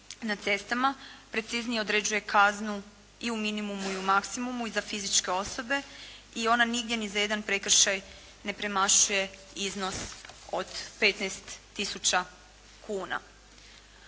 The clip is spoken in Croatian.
preciznije određuje kaznu i u minimumu i u maksimumu i za fizičke osobe i ona nigdje ni za jedan prekršaj ne premašuje iznos od 15 tisuća kuna.